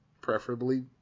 Preferably